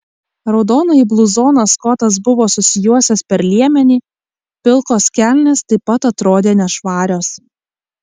raudonąjį bluzoną skotas buvo susijuosęs per liemenį pilkos kelnės taip pat atrodė nešvarios